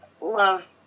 love